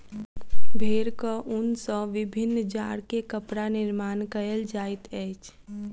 भेड़क ऊन सॅ विभिन्न जाड़ के कपड़ा निर्माण कयल जाइत अछि